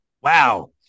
Wow